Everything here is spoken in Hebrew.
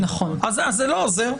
אז זה לא עוזר.